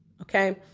Okay